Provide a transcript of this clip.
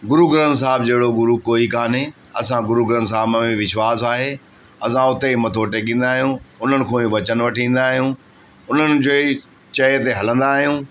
गुरू ग्रंथ साहब जहिड़ो गुरू कोई कान्हे असां गुरू ग्रंथ साहब में विश्वास आहे असां उते ई मथो टेकींदा आहियूं उन्हनि खां ई वचन वठी ईंदा आहियूं उन्हनि जो ई चए ते हलंदा आहियूं